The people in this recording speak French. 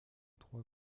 trois